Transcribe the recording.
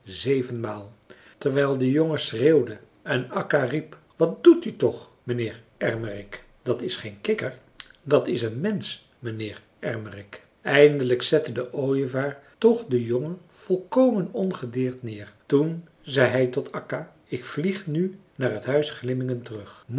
zevenmaal terwijl de jongen schreeuwde en akka riep wat doet u toch mijnheer ermerik dat is geen kikker dat is een mensch mijnheer ermerik eindelijk zette de ooievaar toch den jongen volkomen ongedeerd neer toen zei hij tot akka ik vlieg nu naar t huis glimmingen terug